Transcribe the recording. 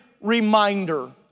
reminder